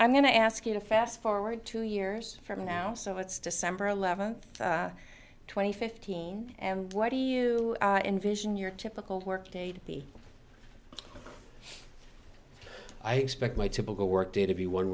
i'm going to ask you to fast forward two years from now so it's december eleventh twenty fifteen and what do you envision your typical work day to be i expect my typical work day to be one